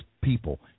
people